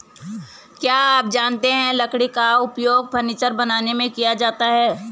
क्या आप जानते है लकड़ी का उपयोग फर्नीचर बनाने में किया जाता है?